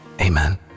Amen